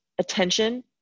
attention